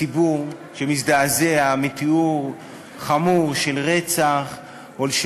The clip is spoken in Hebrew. הציבור שמזדעזע מתיאור חמור של רצח או של